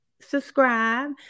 subscribe